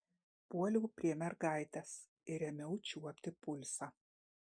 puoliau prie mergaitės ir ėmiau čiuopti pulsą